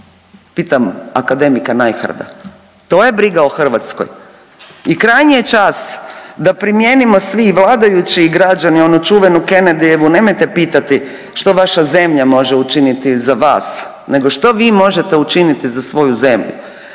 pitam akademika najhrda, to je briga o Hrvatskoj? I krajnji je čas da primijenimo svi i vladajući i građani onu čuvenu Kennedyevu nemojte pitati što vaša zemlja može učiniti za vas nego što vi možete učiniti za svoju zemlju.